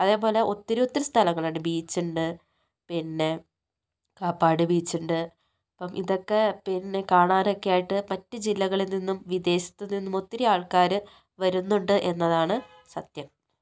അതേപ്പോലെ ഒത്തിരി ഒത്തിരി സ്ഥലങ്ങളുണ്ട് ബീച്ചുണ്ട് പിന്നെ കാപ്പാട് ബീച്ച് ഉണ്ട് അപ്പം ഇതൊക്കെ പിന്നെ കാണാനൊക്കെയായിട്ട് മറ്റു ജില്ലകളിൽ നിന്നും വിദേശത്തു നിന്നും ഒത്തിരി ആൾക്കാർ വരുന്നുണ്ട് എന്നതാണ് സത്യം